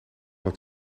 het